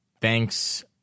thanks